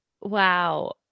wow